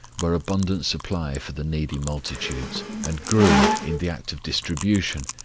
were abundant supply for the needy multitudes, and grew, in the act of distribution,